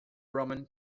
roman